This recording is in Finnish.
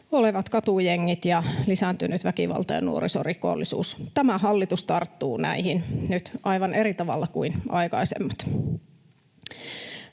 olevat katujengit ja lisääntynyt väkivalta- ja nuorisorikollisuus. Tämä hallitus tarttuu näihin nyt aivan eri tavalla kuin aikaisemmat.